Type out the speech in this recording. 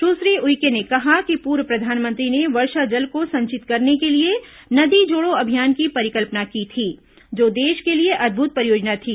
सुश्री उइके ने कहा कि पूर्व प्रधानमंत्री ने वर्षा जल को संचित करने के लिए नदी जोड़ो अभियान की परिकल्पना की थी जो देश के लिए अदभूत परियोजना थी